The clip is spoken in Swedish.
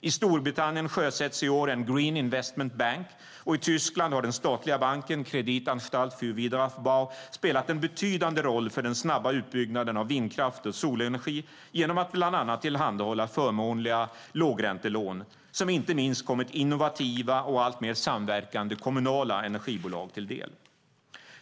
I Storbritannien sjösätts i år en Green Investment Bank, och i Tyskland har den statliga banken Kreditanstalt für Wiederaufbau spelat en betydande roll för den snabba utbyggnaden av vindkraft och solenergi genom att bland annat tillhandahålla förmånliga lågräntelån som inte minst kommit innovativa och alltmer samverkande kommunala energibolag till del.